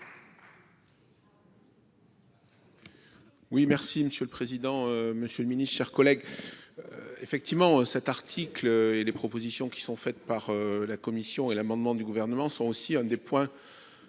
Oui, merci Monsieur. Le président, Monsieur le Ministre, chers collègues. Effectivement cet article et les propositions qui sont faites par la Commission et l'amendement du gouvernement sont aussi un des points.